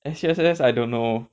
S_U_S_S I don't know